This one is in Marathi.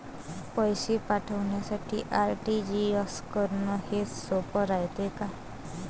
पैसे पाठवासाठी आर.टी.जी.एस करन हेच सोप रायते का?